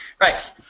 Right